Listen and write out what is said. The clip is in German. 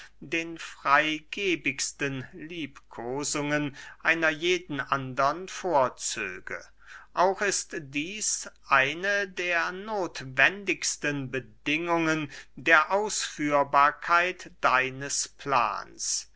den freygebigsten liebkosungen einer jeden andern vorzöge auch ist dieß eine der nothwendigsten bedingungen der ausführbarkeit deines plans